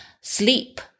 sleep